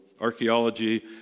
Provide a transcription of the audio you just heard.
Archaeology